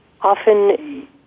Often